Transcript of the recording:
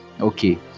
okay